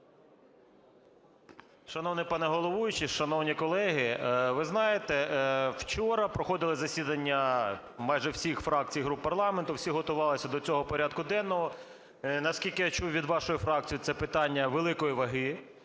Шановний пане головуючий, шановні колеги, ви знаєте, вчора проходили засідання майже усіх фракцій, груп парламенту. Всі готувалися до цього порядку денного. Наскільки я чув від вашої фракції, це питання великої ваги.